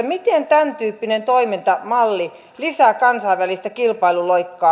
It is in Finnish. miten tämäntyyppinen toimintamalli lisää kansainvälistä kilpailuloikkaa